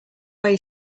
way